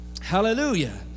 Hallelujah